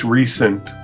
recent